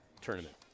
tournament